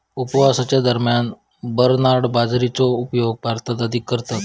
उपवासाच्या दरम्यान बरनार्ड बाजरीचो उपयोग भारतात अधिक करतत